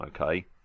Okay